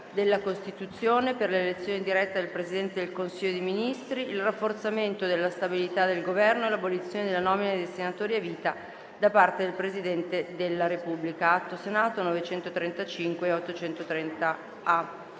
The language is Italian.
della Costituzione per l'elezione diretta del Presidente del Consiglio dei ministri, il rafforzamento della stabilità del Governo e l'abolizione della nomina dei senatori a vita da parte del Presidente della Repubblica***